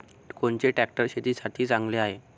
कोनचे ट्रॅक्टर शेतीसाठी चांगले हाये?